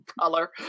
color